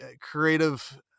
creative